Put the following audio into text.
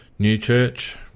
Newchurch